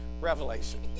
revelation